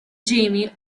jamie